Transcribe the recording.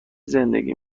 زندگی